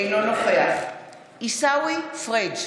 אינו נוכח עיסאווי פריג'